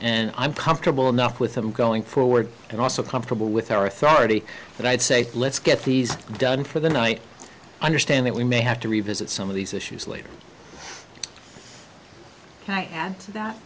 and i'm comfortable enough with them going forward and also comfortable with their authority that i'd say let's get these done for the night understand that we may have to revisit some of these issues later i add to that